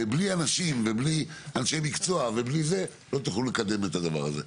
ובלי אנשים ובלי אנשי מקצוע לא תוכלו לקדם את הדבר הזה.